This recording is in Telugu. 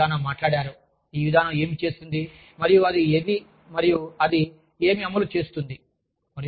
మరియు సర్దానా మాట్లాడారు ఈ విధానం ఏమి చేస్తుంది మరియు అది ఏమి అమలు చేస్తుంది